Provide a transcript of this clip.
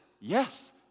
yes